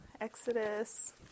Exodus